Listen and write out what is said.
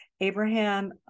Abraham